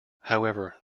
however